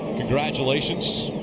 congratulations.